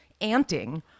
anting